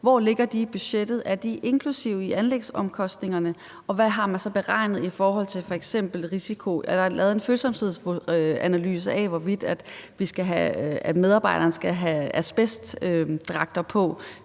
Hvor ligger de i budgettet? Er de inklusive i anlægsomkostningerne, og hvad har man så beregnet i forhold til f.eks. risiko? Er der lavet en følsomhedsanalyse af, hvorvidt medarbejderne skal have asbestdragter på